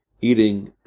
eating